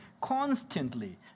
constantly